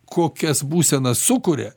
kokias būsenas sukuria